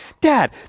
dad